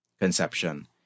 conception